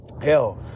Hell